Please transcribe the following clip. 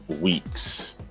weeks